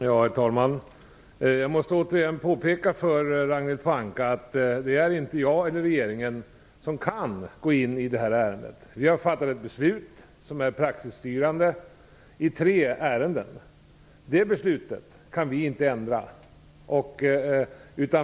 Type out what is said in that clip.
Herr talman! Jag måste återigen påpeka för Ragnhild Pohanka att jag eller regeringen inte kan gå in i det här ärendet. Vi har i tre ärenden fattat ett beslut som är praxisstyrande. Det beslutet kan vi inte ändra.